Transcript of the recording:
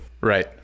Right